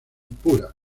pura